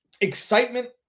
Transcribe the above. excitement